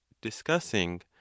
discussing